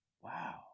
Wow